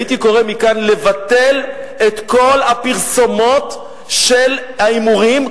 הייתי קורא מכאן לבטל את כל הפרסומות של ההימורים,